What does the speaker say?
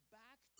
back